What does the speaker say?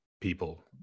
people